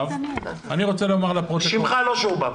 אני רוצה לומר לפרוטוקול --- שמך לא שורבב.